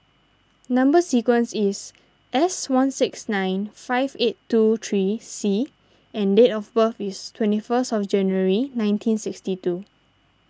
Number Sequence is S one six nine five eight two three C and date of birth is twenty first of January nineteen sixty two